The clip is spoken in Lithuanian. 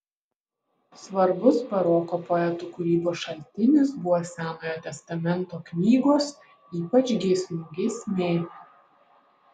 svarbus baroko poetų kūrybos šaltinis buvo senojo testamento knygos ypač giesmių giesmė